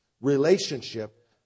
relationship